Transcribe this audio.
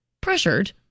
pressured